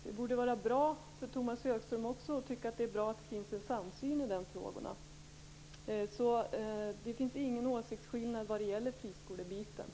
Det borde vara bra också för Tomas Högström att det finns en samsyn i de frågorna. Det finns alltså ingen åsiktsskillnad när det gäller friskolorna.